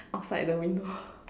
outside the window